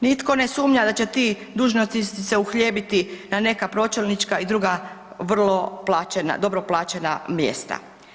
Nitko ne sumnja da će ti dužnosnici se uhljebiti na neka pročelnička i druga vrlo plaćena, dobro plaćena mjesta.